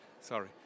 sorry